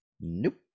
Nope